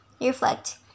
reflect